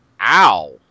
Ow